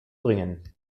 bringen